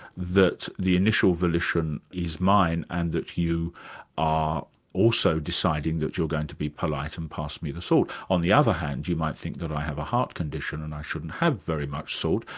that the initial volition is mine and that you are also deciding that you're going to be polite and pass me the salt. on the other hand, you might think that i have a heart condition and i shouldn't have very much salt,